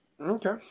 Okay